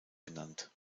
genannt